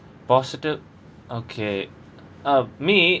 positive okay uh me